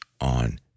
on